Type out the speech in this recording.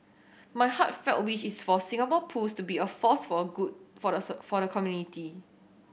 my heartfelt wish is for Singapore Pools to be a force for a good for the sir for the community